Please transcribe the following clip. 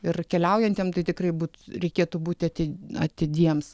ir keliaujantiem tai tikrai būt reikėtų būti ati atidiems